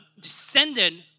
descendant